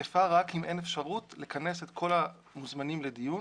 תקפה רק אם אין אפשרות לכנס את כל המוזמנים לדיון,